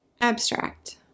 Abstract